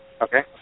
Okay